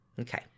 Okay